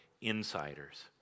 insiders